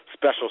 special